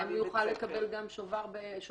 היא אם הוא יוכל לקבל גם שובר אחד.